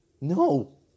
no